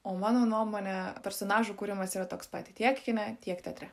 o mano nuomone personažų kūrimas yra toks pat tiek kine tiek teatre